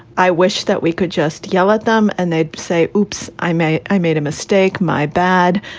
i wish that we could just yell at them and they'd say, whoops, i may. i made a mistake. my bad.